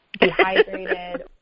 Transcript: dehydrated